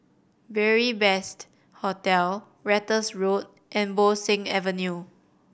Beary Best Hostel Ratus Road and Bo Seng Avenue